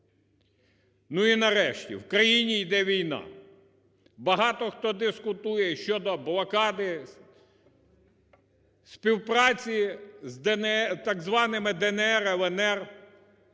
Ну і нарешті, в країні йде війна. Багато хто дискутує щодо блокади співпраці з так званими "ДНР", "ЛНР".